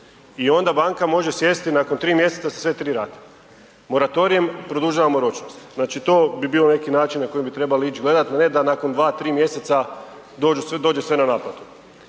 I onda banka može sjesti nakon 3 mj. za sve tri rate. Moratorijem produžavamo ročnost. Znači to bi bilo na neki način na koji bi trebali ić gledat a ne da nakon 2, 3 mj. dođe sve na naplatu.